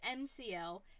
mcl